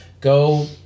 go